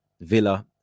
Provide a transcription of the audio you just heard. Villa